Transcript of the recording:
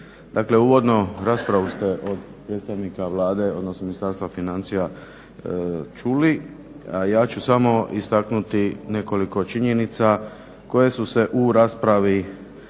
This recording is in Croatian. uvodno raspravu ste od predstavnika Vlade, odnosno od Ministarstva financija čuli, a ja ću samo istaknuti nekoliko činjenica koje su se u raspravi na